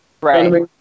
right